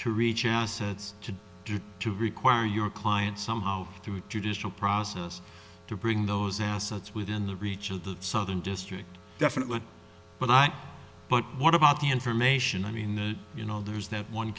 to reach assets to do to require your client somehow through a judicial process to bring those assets within the reach of the southern district definitely but i but what about the information i mean that you know there is that one